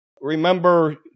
remember